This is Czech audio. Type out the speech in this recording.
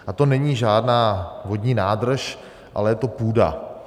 A to není žádná vodní nádrž, ale je to půda.